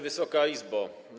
Wysoka Izbo!